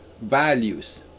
values